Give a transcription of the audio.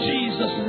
Jesus